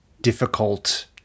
difficult